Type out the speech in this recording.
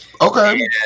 Okay